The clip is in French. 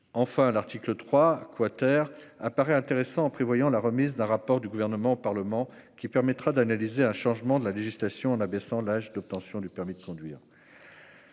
Enfin, l'article 3 apparaît intéressant, en prévoyant la remise d'un rapport du Gouvernement au Parlement qui permettra d'analyser les conséquences d'un éventuel abaissement de l'âge d'obtention du permis de conduire.